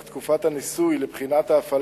לקראת קריאה שנייה ולקריאה שלישית.